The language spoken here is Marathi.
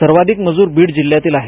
सर्वाधिक मजूर बीड जिल्ह्यातील आहेत